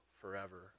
forever